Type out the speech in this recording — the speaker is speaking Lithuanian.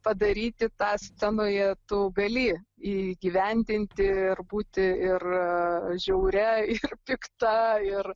padaryti tą scenoje tu gali įgyvendinti ir būti ir žiauria ir pikta ir